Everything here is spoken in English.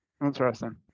Interesting